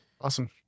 Awesome